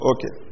Okay